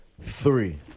three